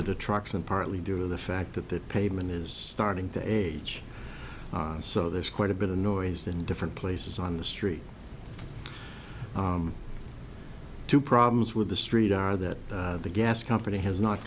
the trucks and partly due to the fact that the pavement is starting to age so there's quite a bit of noise that in different places on the street two problems with the street are that the gas company has not